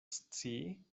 scii